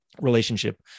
relationship